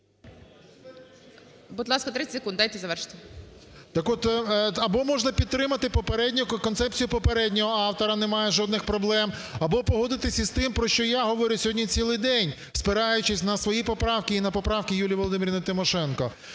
Будь ласка, 30 секунд. Дайте завершити. 17:31:43 ВЛАСЕНКО С.В. Так от… або можна підтримати попередню, концепцію попереднього автора – немає жодних проблем, або погодитися із тим, про що я говорю сьогодні цілий день, спираючись на свої поправки і на поправки Юлії Володимирівни Тимошенко.